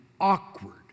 awkward